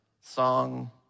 song